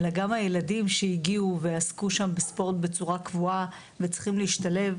אלא גם הילדים שהגיעו ועסקו שם בספורט בצורה קבועה וצריכים להשתלב.